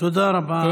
תודה רבה, אדוני.